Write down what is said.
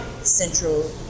Central